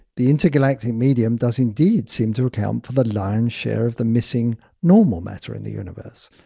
the intergalactic medium does indeed seem to account for the lion's share of the missing normal matter in the universe,